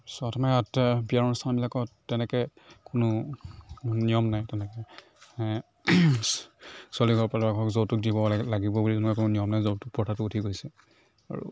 বিয়াৰ অনুষ্ঠানবিলাকত তেনেকৈ কোনো নিয়ম নাই তেনেকৈ ছোৱালীঘৰৰ ফালৰ পৰা যৌতুক দিব লাগিব বুলি তেনেকুৱা একো নিয়ম নাই যৌতুক প্ৰথাটো উঠি গৈছে আৰু